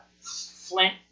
Flint